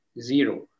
zero